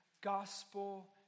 gospel